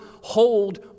hold